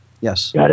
Yes